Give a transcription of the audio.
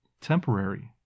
Temporary